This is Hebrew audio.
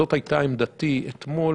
זאת הייתה עמדתי אתמול.